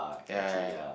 yea yea yea